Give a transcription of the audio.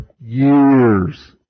years